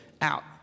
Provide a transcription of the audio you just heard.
out